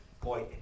boy